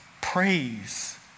praise